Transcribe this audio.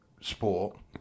sport